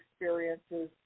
experiences